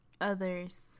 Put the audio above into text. others